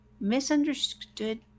misunderstood